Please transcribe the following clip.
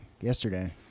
yesterday